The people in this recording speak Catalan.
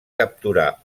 capturar